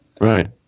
Right